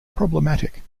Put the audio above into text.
problematic